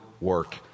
work